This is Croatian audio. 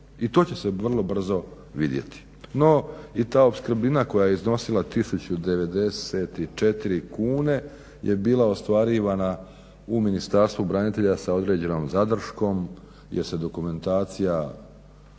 i to će se vrlo brzo vidjeti. No i ta opskrbnina koja je iznosila 1094 kune je bila ostvarivana u Ministarstvu branitelja sa određenom zadrškom jer se dokumentacija